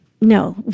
No